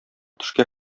төшкә